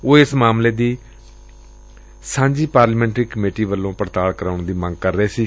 ਉਹ ਇਸ ਮਾਮਲੇ ਚ ਸਾਂਝੀ ਪਾਰਲੀਮਾਨੀ ਕਮੇਟੀ ਵੱਲੋ ਪੜਤਾਲ ਕਰਾਉਣ ਦੀ ਮੰਗ ਕਰ ਰਹੇ ਸਨ